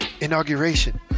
inauguration